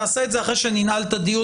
נעשה את זה אחרי שננעל את הדיון,